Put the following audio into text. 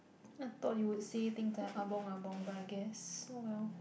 I thought you would say things like ah bong ah bong but I guess oh well